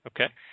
Okay